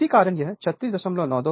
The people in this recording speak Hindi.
तो इसी कारण यह 3692 2o है